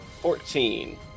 Fourteen